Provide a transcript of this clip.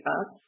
up